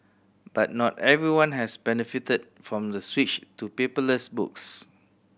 but not everyone has benefited from the switch to paperless books